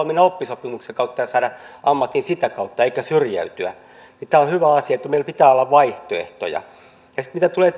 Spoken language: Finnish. mennä oppisopimuksen kautta ja saada ammatin sitä kautta eikä syrjäytyä tämä on hyvä asia meillä pitää olla vaihtoehtoja ja sitten mitä tulee